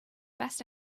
best